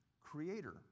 creator